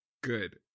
Good